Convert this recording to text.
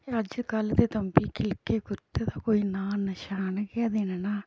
अज्जकल दे तम्बी खिलखे कुर्ते दा कोई नांऽ नशान गै ते नेईं नि ना